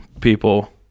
people